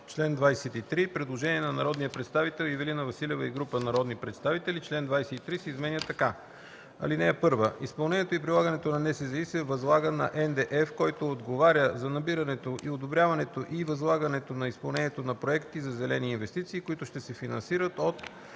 чл. 23 има предложение от народния представител Ивелина Василева и група народни представители: „Член 23 се изменя така: „ Чл. 23. (1) Изпълнението и прилагането на НСЗИ се възлага на НДЕФ, който отговаря за набирането, одобряването и възлагането на изпълнението на проекти за зелени инвестиции, които ще се финансират от